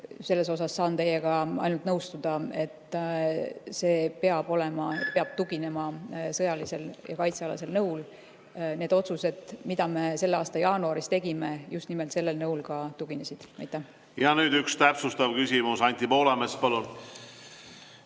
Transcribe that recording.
Selles saan teiega ainult nõustuda, et see peab tuginema sõjalisele ja kaitsealasele nõule. Need otsused, mida me selle aasta jaanuaris tegime, just nimelt sellele nõule tuginesidki. Ja nüüd üks täpsustav küsimus. Anti Poolamets, palun!